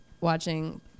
watching